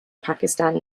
pakistan